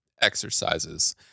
exercises